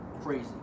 crazy